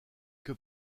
que